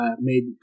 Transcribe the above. Made